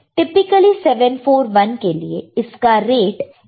typically 741 के लिए इसका रेट 80 नैनो एंपियर है